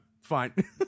Fine